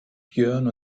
björn